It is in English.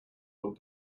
what